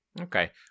Okay